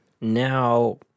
Now